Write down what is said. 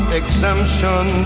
exemption